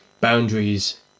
boundaries